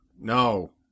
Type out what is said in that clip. No